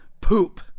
poop